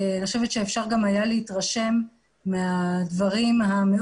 אני חושבת שהיה גם אפשר להתרשם מהדברים המאוד